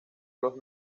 los